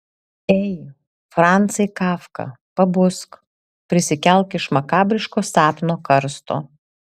ei francai kafka pabusk prisikelk iš makabriško sapno karsto